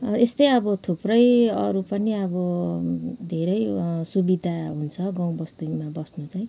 अब यस्तै अब थुप्रै अरू पनि अब धेरै सुविधा हुन्छ गाउँबस्तीमा बस्नु चाहिँ